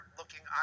looking